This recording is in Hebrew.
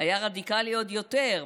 היה רדיקלי עוד יותר,